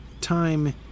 time